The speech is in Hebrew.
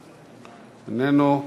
איננו,